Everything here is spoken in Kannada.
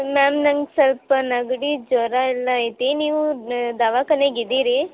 ಮ್ಯಾಮ್ ನಂಗೆ ಸ್ವಲ್ಪ ನೆಗಡಿ ಜ್ವರ ಎಲ್ಲ ಐತಿ ನೀವೂ ದವಾಖಾನೆಗ್ ಇದೀರಿ